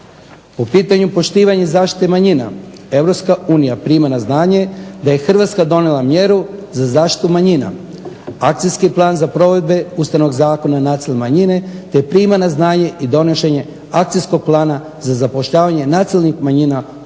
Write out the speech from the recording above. Po pitanju poštivanja zaštite manjina Europska unija prima na znanje da je Hrvatska donijela mjeru za zaštitu manjina. Akcijski plan za provedbe Ustavnog zakona nacionalnih manjina te prima na znanje i donošenje akcijskog plana za zapošljavanje nacionalnih manjina sukladno